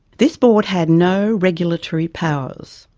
this board had no regulatory powers.